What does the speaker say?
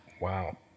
wow